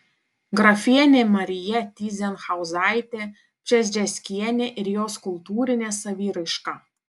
grafienė marija tyzenhauzaitė pšezdzieckienė ir jos kultūrinė saviraiška